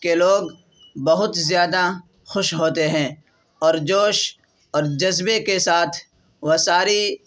کے لوگ بہت زیادہ خوش ہوتے ہیں اور جوش اور جذبے کے ساتھ وہ ساری